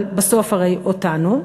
אבל בסוף הרי אותנו,